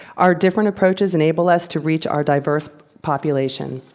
our different approaches enable us to reach our diverse population.